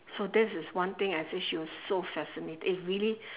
so this is one thing I would say she was so fascinating it really